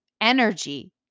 energy